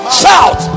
shout